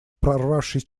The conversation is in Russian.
прорвавшись